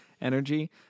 energy